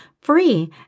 free